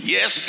Yes